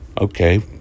Okay